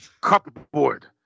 Cupboard